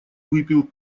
выпил